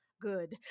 Good